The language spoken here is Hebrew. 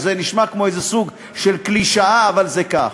זה נשמע כמו איזה סוג של קלישאה, אבל זה כך.